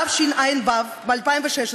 התשע"ו 2016,